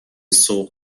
سوق